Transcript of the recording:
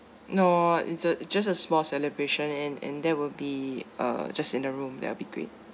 no it's just just a small celebration and and that will be uh just in the room that'll be great